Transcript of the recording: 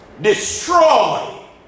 Destroy